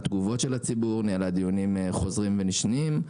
תגובות של הציבור; ניהלה דיונים חוזרים ונשנים,